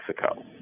Mexico